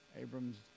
Abram's